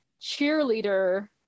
cheerleader